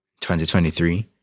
2023